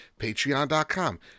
Patreon.com